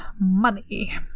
money